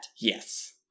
Yes